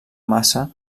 massa